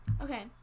Okay